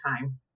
time